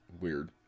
weird